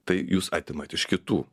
tai jūs atimat iš kitų